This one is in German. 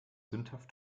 sündhaft